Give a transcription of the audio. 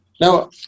Now